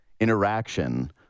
interaction